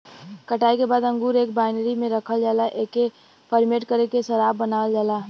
कटाई के बाद अंगूर एक बाइनरी में रखल जाला एके फरमेट करके शराब बनावल जाला